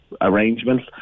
arrangements